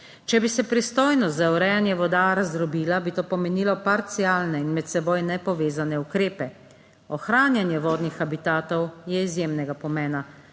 Če bi se pristojnost za urejanje voda razdrobila, bi to pomenilo parcialne in med seboj nepovezane ukrepe. Ohranjanje vodnih habitatov je izjemnega pomena,